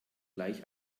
gleich